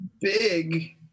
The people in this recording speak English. big